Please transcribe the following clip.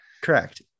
correct